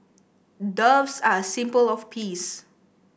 doves are a symbol of peace